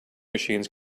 machines